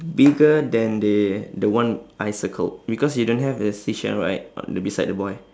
bigger than the the one I circled because you don't have the seashell right on the beside the boy